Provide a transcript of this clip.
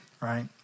Right